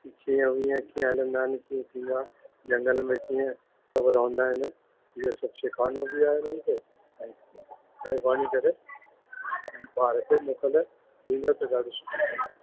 शींह विंह कीअं हलंदा आहिनि आहे थींदो आहे झंगल में कीअं सभु रहंदा आहिनि इहो सभु सेखारिणो बि आहे उनके ऐं वञी करे ॿार के मोकिल ॾींदा त ॾाढो सुठो थींदो